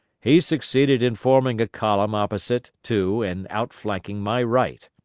he succeeded in forming a column opposite to and outflanking my right.